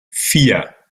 vier